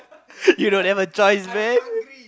you don't have a choice man